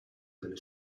delle